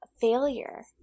failure